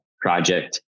project